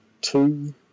two